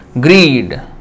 greed